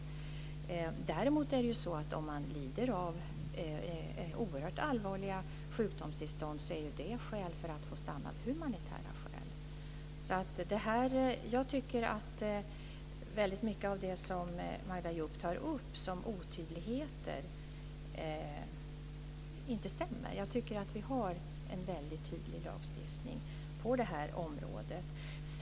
Däremot är det så att om man lider av oerhört allvarliga sjukdomstillstånd är det skäl att få stanna av humanitära skäl. Jag tycker att väldigt mycket av det som Magda Ayoub tar upp som otydligheter inte är det. Jag tycker att vi har en väldigt tydlig lagstiftning på det här området.